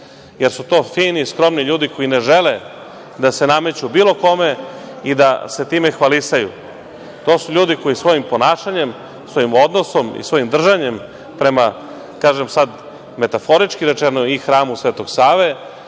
jer su to fini i skromni ljudi koji ne žele da se nameću bilo kome i da se time hvalisaju. To su ljudi koji svojim ponašanjem, svojim odnosom i svojim držanjem prema, metaforički rečeno, i Hramu Svetog Save,